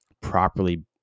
properly